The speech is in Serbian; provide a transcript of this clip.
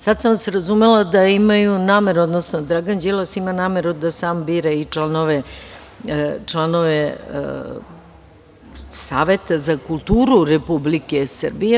Sada sam vas razumela da imaju nameru, odnosno Dragan Đilas ima nameru da sam bira i članove Saveta za kulturu Republike Srbije.